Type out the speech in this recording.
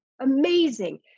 amazing